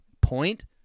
point